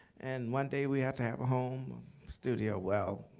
and one day we have to have a home studio. well,